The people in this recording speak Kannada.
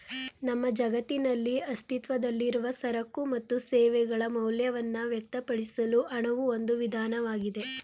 ನಮ್ಮ ಜಗತ್ತಿನಲ್ಲಿ ಅಸ್ತಿತ್ವದಲ್ಲಿರುವ ಸರಕು ಮತ್ತು ಸೇವೆಗಳ ಮೌಲ್ಯವನ್ನ ವ್ಯಕ್ತಪಡಿಸಲು ಹಣವು ಒಂದು ವಿಧಾನವಾಗಿದೆ